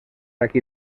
aquí